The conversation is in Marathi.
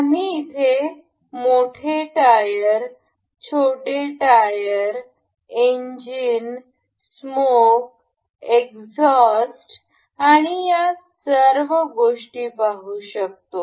आम्ही इथे मोठे टायर छोटे टायर इंजिन स्मोक एक्झॉस्ट आणि त्या सर्व गोष्टी पाहू शकतो